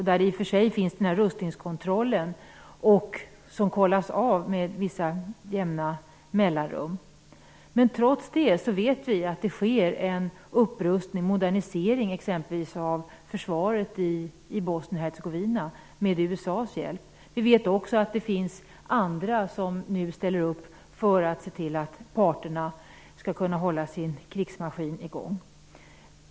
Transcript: I och för sig finns det en rustningskontroll som kollas av med jämna mellanrum. Men trots det vet vi att det sker en upprustning och modernisering av t.ex. försvaret i Bosnien-Hercegovina med USA:s hjälp. Vi vet också att det finns andra som nu ställer upp för att se till att parterna skall kunna hålla sin krigsmaskin i gång.